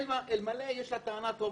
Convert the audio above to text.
אלמלא יש לה טענה טובה.